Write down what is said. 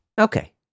Okay